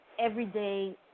everyday